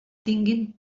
tinguin